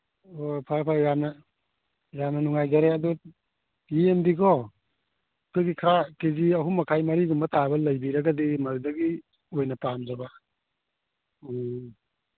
ꯑꯣ ꯐꯔꯦ ꯐꯔꯦ ꯌꯥꯝꯅ ꯌꯥꯝꯅ ꯅꯨꯡꯉꯥꯏꯖꯔꯦ ꯑꯗꯨ ꯌꯦꯟꯗꯤꯀꯣ ꯑꯩꯈꯣꯏꯒꯤ ꯈꯔ ꯀꯦ ꯖꯤ ꯑꯍꯨꯝ ꯃꯈꯥꯏ ꯃꯔꯤꯒꯨꯝꯕ ꯇꯥꯕ ꯂꯩꯕꯤꯔꯒꯗꯤ ꯃꯗꯨꯗꯒꯤ ꯑꯣꯏꯅ ꯄꯥꯝꯖꯕ ꯎꯝ